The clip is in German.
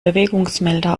bewegungsmelder